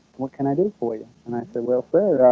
what can i do for you? and i said well sir,